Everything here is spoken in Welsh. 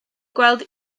gweld